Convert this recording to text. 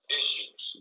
issues